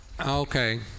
Okay